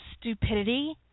stupidity